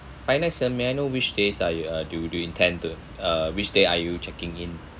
five nights uh may I know which days are you uh do you do you intend to uh which day are you checking in